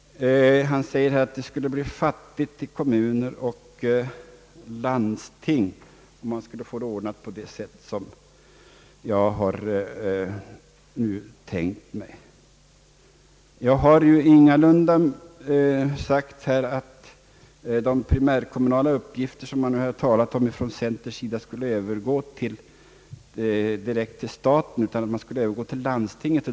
Han säger att det skulle bli fattigt i kommuner och landsting om man skulle få det ordnat på det sätt som jag har tänkt mig. Jag har ingalunda sagt här att de primärkommunala uppgifter som man nu har talat om från centerpartiets sida skulle överföras direkt till staten utan att de skulle övergå till landstingen.